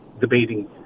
debating